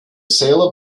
sail